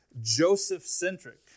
Joseph-centric